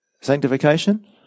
Sanctification